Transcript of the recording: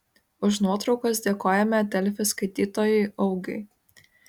už nuotraukas dėkojame delfi skaitytojui augiui